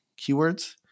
keywords